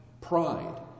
pride